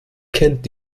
kennt